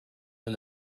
and